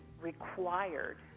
required